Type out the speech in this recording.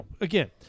Again